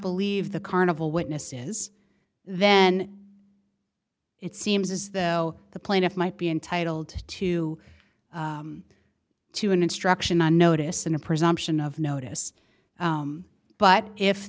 believe the carnival witnesses then it seems as though the plaintiff might be entitled to two an instruction a notice and a presumption of notice but if